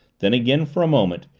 then again, for a moment,